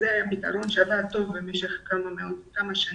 זה פתרון שעבד טוב במשך כמה שנים.